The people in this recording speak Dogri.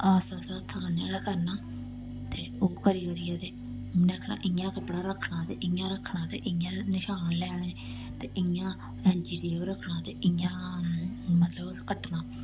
आस्ता आस्ता हत्थ कन्नै गै करना ते ओह् करी करियै ते मम्मी ने आक्खना इ'यां कपड़ा रक्खना ते इ'यां रक्खना ते इ'यां नशान लैने ते इयां ऐंची लेइयै ओह् रक्खना ते इ'यां मतलब उस कट्टना